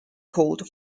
called